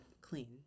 clean